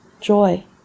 joy